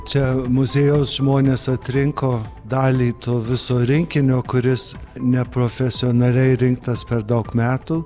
čia muziejaus žmonės atrinko dalį to viso rinkinio kuris neprofesionaliai rinktas per daug metų